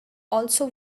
also